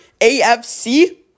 AFC